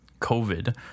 COVID